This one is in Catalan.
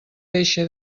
eixe